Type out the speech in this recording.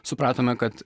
supratome kad